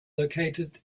located